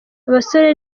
abasore